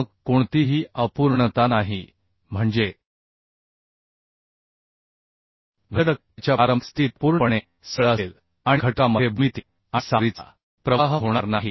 मग कोणतीही अपूर्णता नाही म्हणजे घटक त्याच्या प्रारंभिक स्थितीत पूर्णपणे सरळ असेल आणि घटका मध्ये भूमिती आणि सामग्रीचा प्रवाह होणार नाही